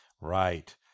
Right